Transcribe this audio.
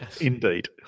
Indeed